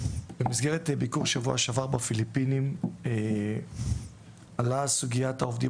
במסגרת ביקור שבוע שעבר בפיליפינים עלתה סוגיית העובדים